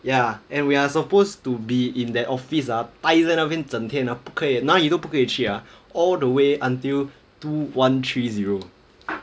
ya and we are supposed to be in that office ah 待在那边整天啊不可以哪里都不可以去 ah all the way until two one three zero